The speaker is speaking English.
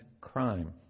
crime